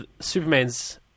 Superman's